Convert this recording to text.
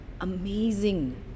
amazing